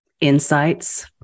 insights